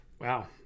Wow